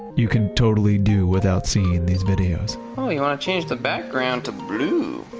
you can totally do without seeing these videos oh, you want to change the background to blue?